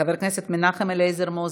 חבר הכנסת מנחם אליעזר מוזס,